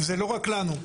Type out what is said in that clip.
זה לא רק לנו.